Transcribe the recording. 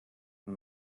von